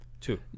two